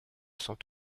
sont